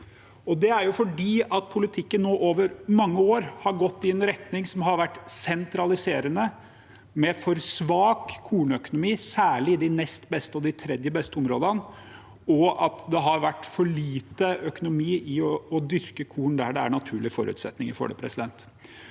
Det er fordi politikken over mange år har gått i en retning som har vært sentraliserende, med for svak kornøkonomi, særlig i de nest beste og de tredje beste områdene, og det har vært for lite økonomi i å dyrke korn der det er naturlige forutsetninger for det. Når vi